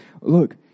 look